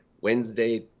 Wednesday